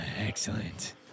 Excellent